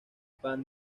pan